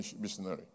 missionary